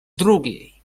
drugiej